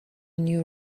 new